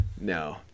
no